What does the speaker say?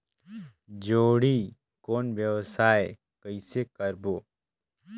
जोणी कौन व्यवसाय कइसे करबो?